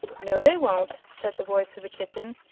no they won't, said the voice of the kitten,